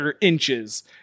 inches